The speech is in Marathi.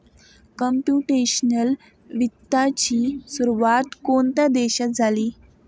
कंप्युटेशनल वित्ताची सुरुवात कोणत्या देशात झाली?